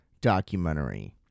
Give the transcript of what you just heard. Documentary